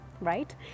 right